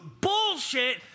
bullshit